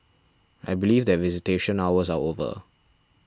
I believe that visitation hours are over